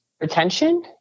retention